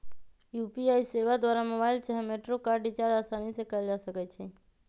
UPI सेवा द्वारा mobile चाहे मेट्रो कार्ड रिचार्ज असानी से कएल जा सकइ छइ